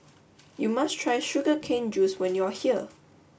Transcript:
you must try Sugar Cane Juice when you are here